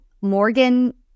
Morgan